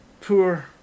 poor